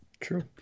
True